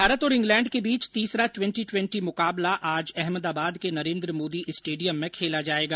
भारत और इंग्लैण्ड के बीच तीसरा ट्वेंटी ट्वेंटी मुकाबला आज अहमदाबाद के नरेन्द्र मोदी स्टेडियम में खेला जाएगा